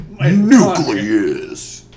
nucleus